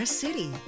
city